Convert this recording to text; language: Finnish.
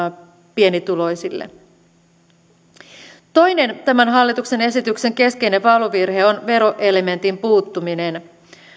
pienituloisille toinen tämän hallituksen esityksen keskeinen valuvirhe on veroelementin puuttuminen